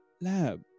lab